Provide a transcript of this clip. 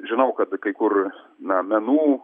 žinau kad kai kur na menų